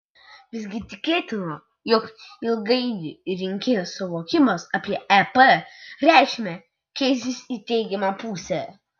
visgi tikėtina jog ilgainiui rinkėjų suvokimas apie ep reikšmę keisis į teigiamą pusę